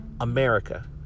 America